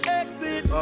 exit